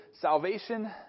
salvation